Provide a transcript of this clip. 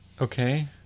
Okay